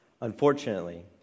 Unfortunately